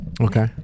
Okay